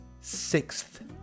sixth